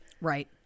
right